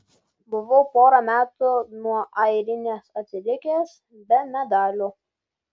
buvau porą metų nuo airinės atsilikęs be medalių